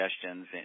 suggestions